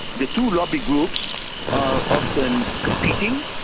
the two lobby groups are often competing.